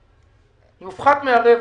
כתוב: "יופחת מן הרווח".